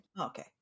okay